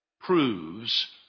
proves